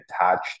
attached